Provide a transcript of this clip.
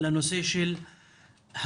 לנושא של הסתה,